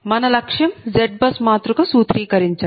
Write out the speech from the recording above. మన లక్ష్యం ZBUS మాతృక సూత్రీకరించడం